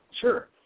Sure